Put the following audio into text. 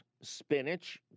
spinach